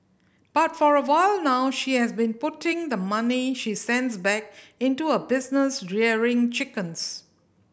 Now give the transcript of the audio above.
but for a while now she has been putting the money she sends back into a business rearing chickens